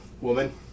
woman